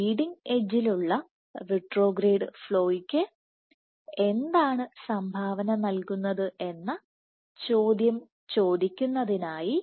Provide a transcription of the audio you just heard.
leading എഡ്ജിലുള്ള Leading edge retrograde ഫ്ലോയ്ക്ക് എന്താണ് സംഭാവന നൽകുന്നത് എന്ന ചോദ്യം ചോദിക്കുന്നതിനായി